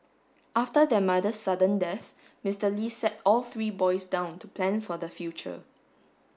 after their mother's sudden death Mister Li sat all three boys down to plan for the future